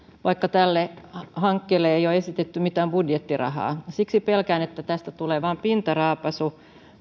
vaikka tälle hankkeelle ei ole esitetty mitään budjettirahaa siksi pelkään että tästä tulee vain pintaraapaisu